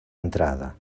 entrada